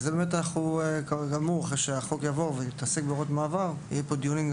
ברגע שהחוק יעבור ונתעסק בהוראות מעבר יהיו פה דיונים,